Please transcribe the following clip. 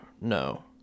no